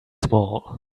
small